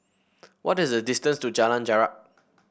what is the distance to Jalan Jarak